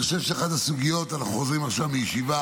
אנחנו חוזרים עכשיו מישיבה